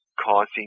causing